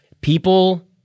people